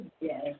Yes